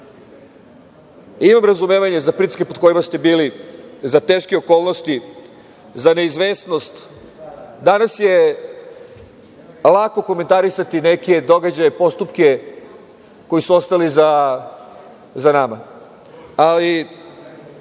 Imam razumevanje za pritiske pod kojima ste bili, za teške okolnosti, za neizvesnost. Danas je lako komentarisati neke događaje, postupke koji su ostali za nama, ali